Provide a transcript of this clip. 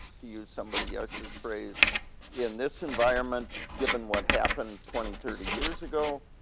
to use somebody else's phrase in this environment, given what happened twenty, thirty years ago?